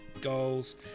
goals